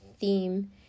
theme